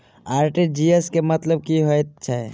RTGS केँ मतलब की हएत छै?